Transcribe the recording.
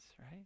right